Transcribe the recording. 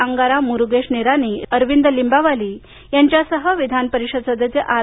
अंगारा मुरुगेश निरानी अरविंद लिम्बावली यांच्यासह विधान परिषद सदस्य आर